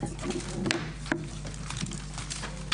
הישיבה ננעלה בשעה 14:10.